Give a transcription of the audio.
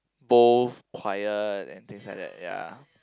both quiet and things like that ya